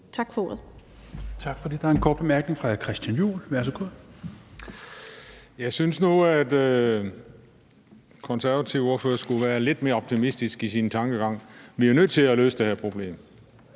Tak for det. Der er en kort bemærkning fra hr. Christian Juhl. Værsgo. Kl. 16:09 Christian Juhl (EL): Jeg synes nu, at De Konservatives ordfører skulle være lidt mere optimistisk i sin tankegang. Vi er jo nødt til at løse det her problem.